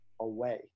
away